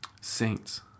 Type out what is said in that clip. saints